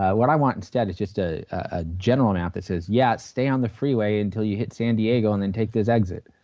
what i want instead is just a ah general map that says yeah, stay on the freeway until you hit san diego and then take this exit.